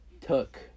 took